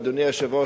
אדוני היושב-ראש,